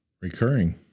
Recurring